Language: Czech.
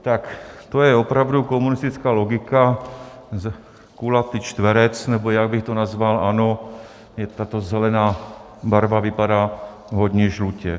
Tak to je opravdu komunistická logika, kulatý čtverec, nebo jak bych to nazval, ano, tato zelená barva vypadá hodně žlutě.